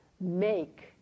make